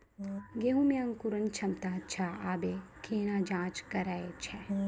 गेहूँ मे अंकुरन क्षमता अच्छा आबे केना जाँच करैय छै?